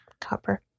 copper